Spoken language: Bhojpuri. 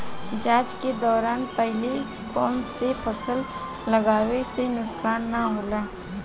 जाँच के दौरान पहिले कौन से फसल लगावे से नुकसान न होला?